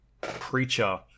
preacher